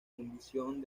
fundición